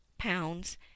pounds